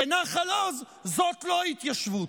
ונחל עוז הם לא התיישבות,